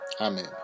Amen